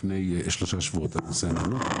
לפני שלושה שבועות על נושא המעונות.